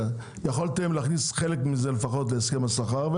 יכולתם להכניס לפחות חלק מזה להסכם השכר.